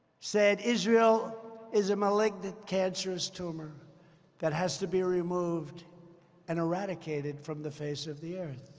said israel is a malignant cancerous tumor that has to be removed and eradicated from the face of the earth.